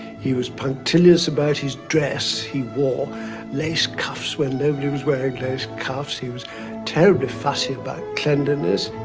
he was punctilious about his dress. he wore lace cuffs when nobody was wearing lace cuffs. he was terribly fussy about cleanliness,